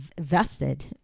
vested